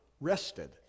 rested